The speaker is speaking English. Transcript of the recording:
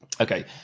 Okay